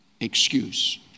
excuse